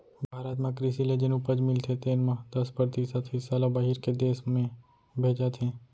भारत म कृसि ले जेन उपज मिलथे तेन म दस परतिसत हिस्सा ल बाहिर के देस में भेजत हें